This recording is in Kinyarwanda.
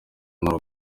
n’u